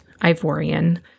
Ivorian